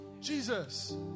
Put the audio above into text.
Jesus